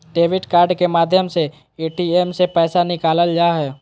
debit card के माध्यम से ए.टी.एम से पैसा निकालल जा हय